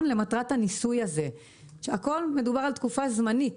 למטרת הניסוי הזה כשמדובר על תקופה זמנית.